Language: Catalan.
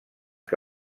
què